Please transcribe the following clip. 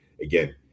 again